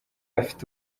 afite